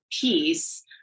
piece